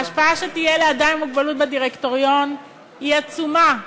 ההשפעה שתהיה לאדם עם מוגבלות בדירקטוריון היא עצומה,